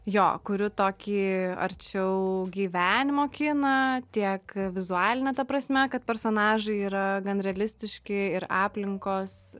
jo kuriu tokį arčiau gyvenimo kiną tiek vizualine ta prasme kad personažai yra gan realistiški ir aplinkos